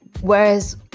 whereas